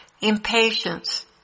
impatience